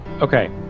Okay